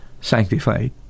sanctified